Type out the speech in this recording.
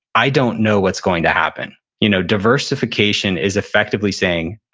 i don't know what's going to happen. you know diversification is effectively saying,